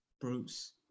Bruce